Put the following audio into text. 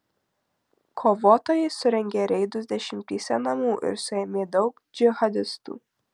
kovotojai surengė reidus dešimtyse namų ir suėmė daug džihadistų